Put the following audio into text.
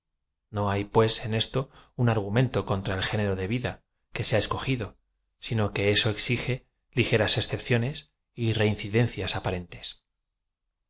no hay pues en esto un argumento contra el género de vid a que se ha escogido sino que eso exige ligeras excepciones y reincidencias aparentes